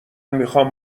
میخوام